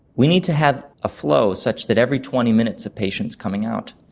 we need to have a flow such that every twenty minutes a patient is coming out,